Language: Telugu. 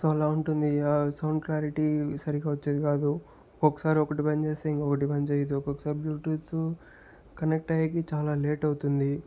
సో అలా ఉంటుంది ఆ సౌండ్ క్లారిటీ సరిగా వచ్చేది కాదు ఒకసారి ఒకటి పని చేస్తే ఇంకొకటి పనిచేయదు ఒక్కొక్కసారి బ్లూటూతు కనెక్ట్ అయ్యేకి చాలా లేట్ అవుతుంది